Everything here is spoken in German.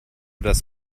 das